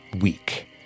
Weak